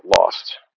lost